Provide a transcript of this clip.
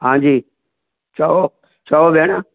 हांजी चओ चओ भेण